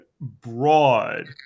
broad